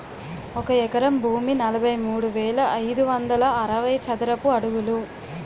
ఒక ఎకరం భూమి నలభై మూడు వేల ఐదు వందల అరవై చదరపు అడుగులు